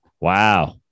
Wow